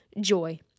joy